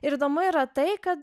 ir įdomu yra tai kad